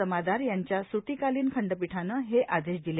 जमादार यांच्या सुटीकालीन खंडपीठानं हे आदेश दिले